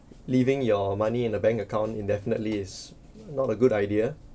leaving your money in the bank account indefinitely is not a good idea